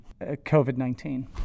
COVID-19